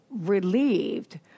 relieved